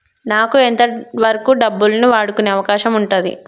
నాకు ఎంత వరకు డబ్బులను వాడుకునే అవకాశం ఉంటది?